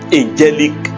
angelic